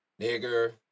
Nigger